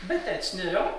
be tecnerio